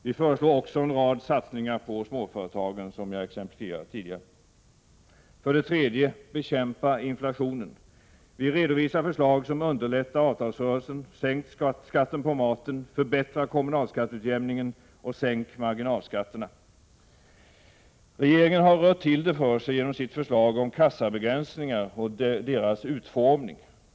Vi föreslår också en rad satsningar på småföretagen, som jag exemplifierat tidigare. För det tredje: Bekämpa inflationen! Vi redovisar förslag som underlättar avtalsrörelsen. Sänk skatten på maten, förbättra kommunalskatteutjämningen och sänk marginalskatterna. Regeringen har rört till det för sig genom sitt förslag om kassabegränsningar och deras utformning.